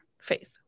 faith